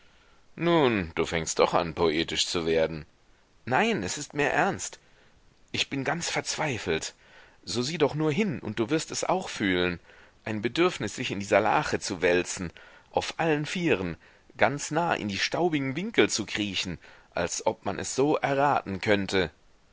nun du fängst doch an poetisch zu werden nein es ist mir ernst ich bin ganz verzweifelt so sieh doch nur hin und du wirst es auch fühlen ein bedürfnis sich in dieser lache zu wälzen auf allen vieren ganz nah in die staubigen winkel zu kriechen als ob man es so erraten könnte